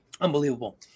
Unbelievable